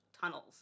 tunnels